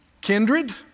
kindred